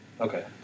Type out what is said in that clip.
Okay